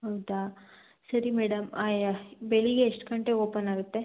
ಹೌದಾ ಸರಿ ಮೇಡಮ್ ಆಯ್ ಬೆಳಗ್ಗೆ ಎಷ್ಟು ಗಂಟೆಗೆ ಒಪನಾಗುತ್ತೆ